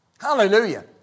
Hallelujah